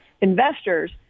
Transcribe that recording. investors